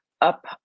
up